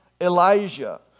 Elijah